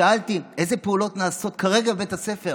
שאלתי: איזה פעולות נעשות כרגע בבית הספר